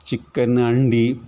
chicken ಅಂಡಿ